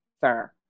sir